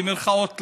במירכאות,